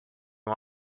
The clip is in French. ont